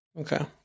Okay